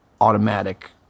automatic